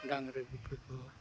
ᱰᱟᱝᱨᱤ ᱜᱩᱯᱤ ᱠᱚ